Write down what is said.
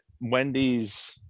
Wendy's